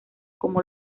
como